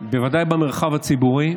ובוודאי במרחב הציבורי,